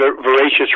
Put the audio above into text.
voracious